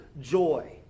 joy